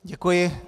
Děkuji.